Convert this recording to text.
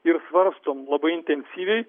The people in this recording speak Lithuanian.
ir svarstom labai intensyviai